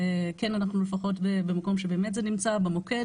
שכן אנחנו לפחות במקום שזה באמת נמצא במוקד,